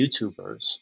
youtubers